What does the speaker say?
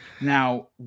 Now